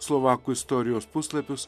slovakų istorijos puslapius